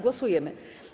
Głosujemy.